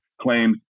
claims